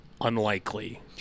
unlikely